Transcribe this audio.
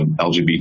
LGBT